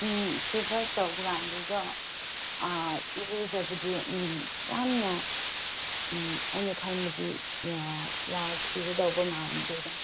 ꯎꯝ ꯐꯦꯕꯔ ꯇꯧꯕ ꯀꯥꯟꯗꯨꯗ ꯏꯔꯨꯖꯕꯗꯤ ꯌꯥꯝꯅ ꯑꯩꯅ ꯈꯟꯕꯗꯤ ꯌꯥꯈꯤꯒꯗꯧꯕ ꯃꯥꯟꯗꯦꯗ